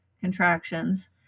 contractions